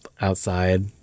outside